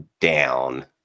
down